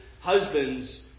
Husbands